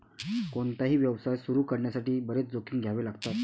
कोणताही व्यवसाय सुरू करण्यासाठी बरेच जोखीम घ्यावे लागतात